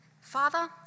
Father